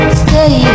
stay